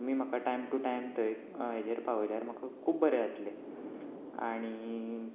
तुमी म्हाका time to time थंय हाचेर पावयल्यार म्हाका खूब बरें जातलें आनी